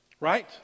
Right